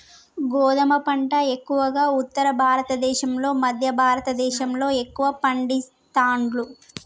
గోధుమ పంట ఎక్కువగా ఉత్తర భారత దేశం లో మధ్య భారత దేశం లో ఎక్కువ పండిస్తాండ్లు